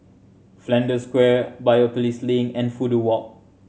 Flanders Square Biopolis Link and Fudu Walk